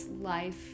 life